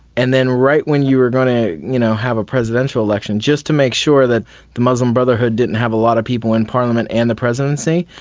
and then right when you were going to you know have a presidential election, just to make sure that the muslim brotherhood didn't have a lot of people in parliament and the presidency,